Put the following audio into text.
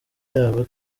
yabo